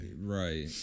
right